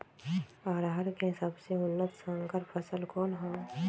अरहर के सबसे उन्नत संकर फसल कौन हव?